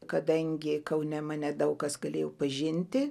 kadangi kaune mane daug kas galėjo pažinti